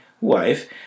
wife